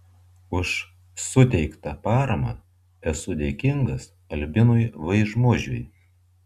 už suteiktą paramą esu dėkingas albinui vaižmužiui